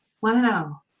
wow